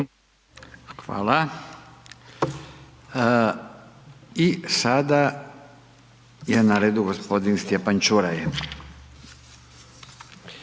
Fala i sada je na redu g. Stjepan Čuraj.